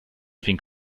think